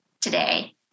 today